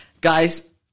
Guys